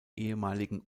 ehemaligen